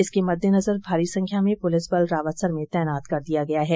इसके मद्देनजर भारी संख्या में पुलिस बल रावतसर में तैनात कर दिया गया है